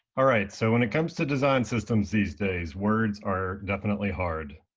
ah right. so when it comes to design systems these days, words are definitely hard.